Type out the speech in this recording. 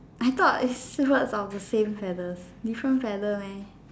I thought is birds of the same feather different feather meh